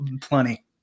plenty